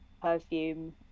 perfume